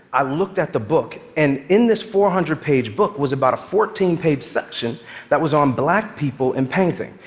i looked at the book, and in this four hundred page book was about a fourteen page section that was on black people in painting.